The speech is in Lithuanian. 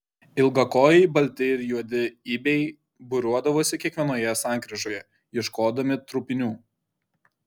ilgakojai balti ir juodi ibiai būriuodavosi kiekvienoje sankryžoje ieškodami trupinių